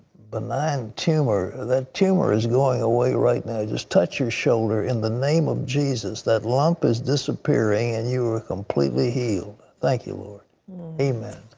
benign tumor. that tumor is going away right now. just touch your shoulder. in the name of jesus, that lump is disappearing and you're completely healed. thank you. amen.